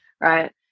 Right